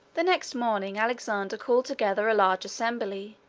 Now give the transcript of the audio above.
the next morning alexander called together a large assembly,